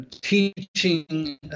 teaching